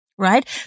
right